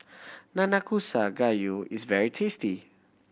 Nanakusa Gayu is very tasty